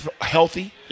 healthy